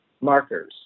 markers